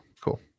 cool